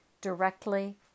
directly